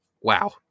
Wow